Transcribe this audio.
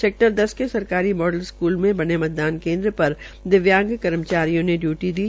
sector दस के सरकारी मॉल स्कूल में बने मतदान केन्द्र पर दिव्यांग कर्मचारियों ने डयूटी दी